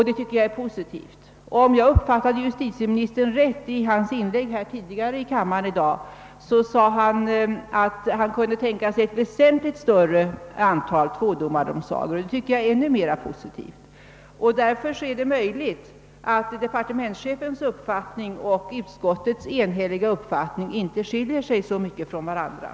Det tycker jag är positivt, och om jag riktigt uppfattade justitieministerns inlägg tidigare i dag i kammaren kunde man tänka sig ett väsentligt större antal tvådomardomsagor, och det tycker jag är ännu mer positivt. Därför är det möjligt att departementschefens uppfattning och utskottets enhälliga uppfattning inte skiljer sig så mycket från varandra.